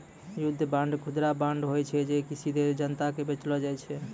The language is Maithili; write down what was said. युद्ध बांड, खुदरा बांड होय छै जे कि सीधे जनता के बेचलो जाय छै